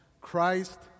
Christ